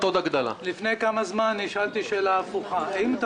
לפני כמה זמן נשאלתי שאלה הפוכה: האם אתה